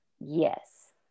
Yes